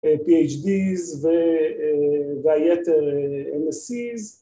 פי.ה.די.ס והיתר א.מ.ס.י.ס